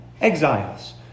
exiles